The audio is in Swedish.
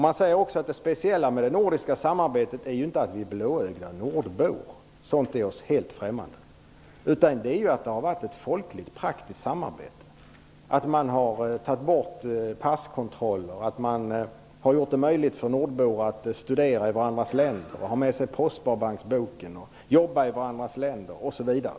Man säger också att det speciella med det nordiska samarbetet inte är att vi är blåögda nordbor - sådant är oss helt främmande - utan att det har förekommit ett folkligt, praktiskt samarbete, att man har tagit bort passkontroller, att man har gjort det möjligt för nordbor att studera i varandras länder, ha med sig postsparbanksboken, jobba i varandras länder, osv.